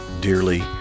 dearly